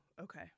okay